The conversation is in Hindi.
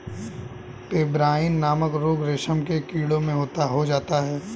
पेब्राइन नामक रोग रेशम के कीड़ों में हो जाता है